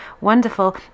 wonderful